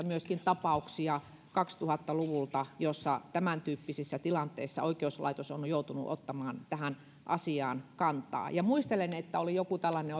myöskin tapauksia kaksituhatta luvulta joissa tämäntyyppisissä tilanteissa oikeuslaitos on on joutunut ottamaan tähän asiaan kantaa ja muistelen että oli joku tällainen